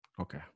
Okay